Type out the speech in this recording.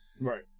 right